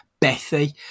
Bethy